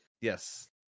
Yes